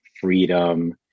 freedom